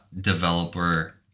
developer